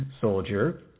soldier